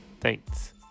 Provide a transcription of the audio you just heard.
thanks